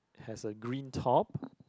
has a green top